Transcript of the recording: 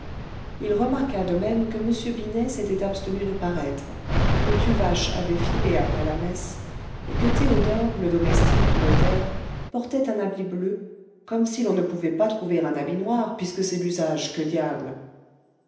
il remarqua de même que m binet s'était abstenu de paraître que tuvache avait filé après la messe et que théodore le domestique du notaire portait un habit bleu comme si l'on ne pouvait pas trouver un habit noir puisque c'est l'usage que diable